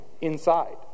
inside